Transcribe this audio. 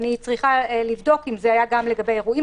אני צריכה לבדוק אם זה היה גם לגבי אירועים.